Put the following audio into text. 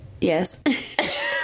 Yes